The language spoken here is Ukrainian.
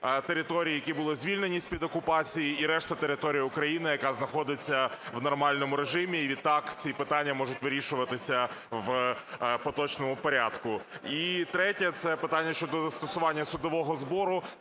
територій, які були звільнені з-під окупації, і решта території України, яка знаходиться в нормальному режимі, і відтак ці питання можуть вирішуватися в поточному порядку. І третє, це питання щодо застосування судового збору.